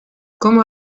como